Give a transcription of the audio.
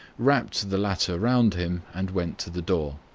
wrapped the latter round him, and went to the door.